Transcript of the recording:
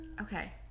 Okay